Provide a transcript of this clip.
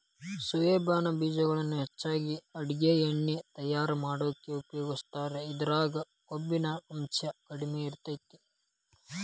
soybean ಬೇಜಗಳನ್ನ ಹೆಚ್ಚಾಗಿ ಅಡುಗಿ ಎಣ್ಣಿ ತಯಾರ್ ಮಾಡಾಕ ಉಪಯೋಗಸ್ತಾರ, ಇದ್ರಾಗ ಕೊಬ್ಬಿನಾಂಶ ಕಡಿಮೆ ಇರತೇತಿ